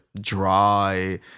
dry